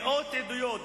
מאות עדויות,